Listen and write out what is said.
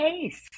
case